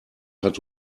hat